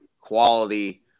quality